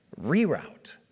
reroute